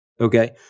Okay